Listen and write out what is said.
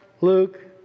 Luke